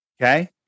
Okay